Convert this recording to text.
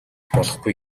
болохгүй